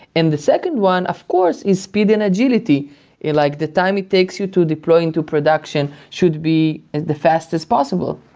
and the second one, of course, is speed and agility and like the time it takes you to deploy into production should be the fastest possible.